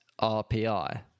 RPI